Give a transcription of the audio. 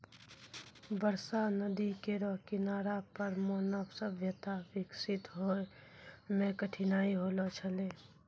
बरसा नदी केरो किनारा पर मानव सभ्यता बिकसित होय म कठिनाई होलो छलै